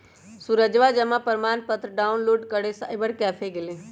सूरजवा जमा प्रमाण पत्र डाउनलोड करे साइबर कैफे गैलय